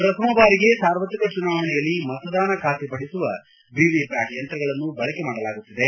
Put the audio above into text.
ಪ್ರಥಮಬಾರಿಗೆ ಸಾರ್ವತ್ರಿಕ ಚುನಾವಣೆಯಲ್ಲಿ ಮತದಾನ ಖಾತ್ರಿ ಪಡಿಸುವ ವಿವಿ ಪ್ಚಾಟ್ ಯಂತ್ರಗಳನ್ನು ಬಳಕೆ ಮಾಡಲಾಗುತ್ತಿದೆ